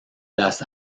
las